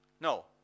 No